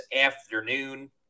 afternoon